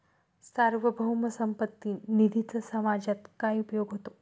सार्वभौम संपत्ती निधीचा समाजात काय उपयोग होतो?